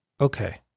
Okay